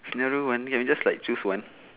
scenario one can we just like choose one